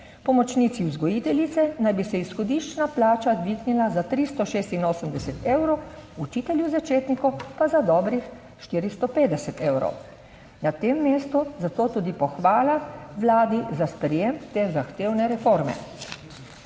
Pomočnici vzgojiteljice naj bi se izhodiščna plača dvignila za 386 evrov, učitelju začetniku pa za dobrih 450 evrov. Na tem mestu zato tudi pohvala Vladi za sprejem te zahtevne reforme.